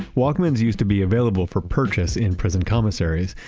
walkmans used to be available for purchase in prison commissaries,